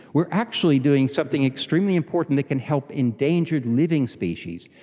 we are actually doing something extremely important that can help endangered living species.